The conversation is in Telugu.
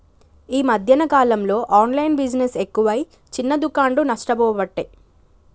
ఈ మధ్యన కాలంలో ఆన్లైన్ బిజినెస్ ఎక్కువై చిన్న దుకాండ్లు నష్టపోబట్టే